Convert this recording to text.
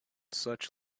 such